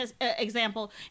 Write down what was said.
example